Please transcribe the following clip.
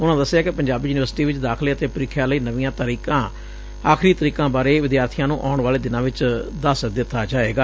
ਉਨੂਂ ਦਸਿਐ ਕਿ ਪੰਜਾਬੀ ਯੁਨੀਵਰਸਿਟੀ ਵਿਚ ਦਾਖਲੇ ਅਤੇ ਪ੍ੀਖਿਆ ਲਈ ਨਵੀਆਂ ਆਖਰੀ ਤਰੀਕਾ ਬਾਰੇ ਵਿਦਿਆਰਥੀਆਂ ਨੂੰ ਆਉਣ ਵਾਲੇ ਦਿਨਾਂ ਚ ਦੱਸ ਦਿਤਾ ਜਾਏਗਾ